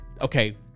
Okay